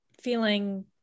feeling